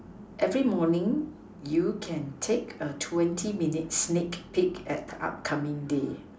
every morning you can take a twenty minute sneak peak at the upcoming day